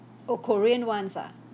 oh korean ones ah